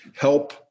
help